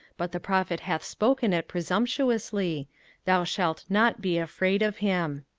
but the prophet hath spoken it presumptuously thou shalt not be afraid of him.